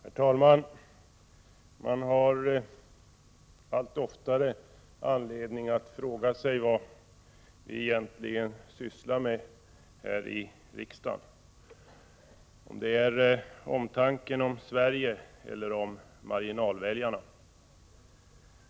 Herr talman! Man har allt oftare anledning att fråga sig vad vi egentligen sysslar med här i riksdagen — huruvida det gäller omtanke om Sverige eller omtanke om marginalväljarna.